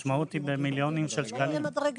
המשמעות היא מיליונים של שקלים.